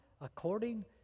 according